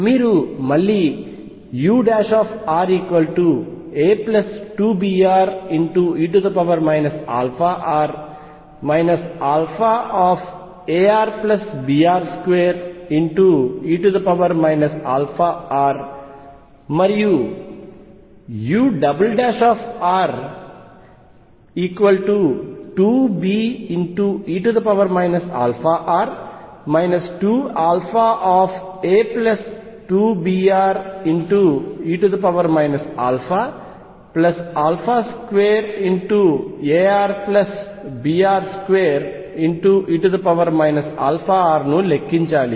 మీరు మళ్లీ ura2bre αr αarbr2e αr మరియు ur2be αr 2αa2bre α2arbr2e αr ను లెక్కించాలి